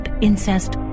incest